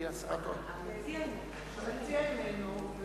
המציע איננו.